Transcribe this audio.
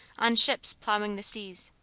on ships plowing the seas,